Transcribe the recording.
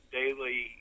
daily